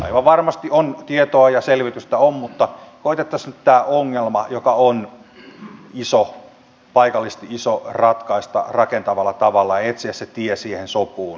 aivan varmasti tietoa ja selvitystä on mutta koetettaisiin nyt tämä ongelma joka on paikallisesti iso ratkaista rakentavalla tavalla ja etsiä se tie siihen sopuun